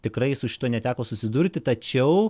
tikrai su šituo neteko susidurti tačiau